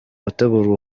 gutegurwa